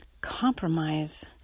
compromise